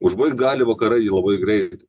užbaigt gali vakarai labai greit